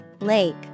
Lake